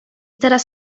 teraz